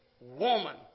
woman